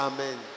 Amen